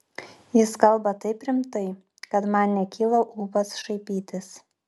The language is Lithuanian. jis kalba taip rimtai kad man nekyla ūpas šaipytis